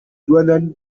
rwandan